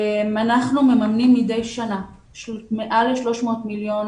אנחנו מממנים מידי שנה מעל ל-300 מיליון